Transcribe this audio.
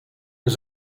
was